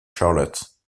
charlotte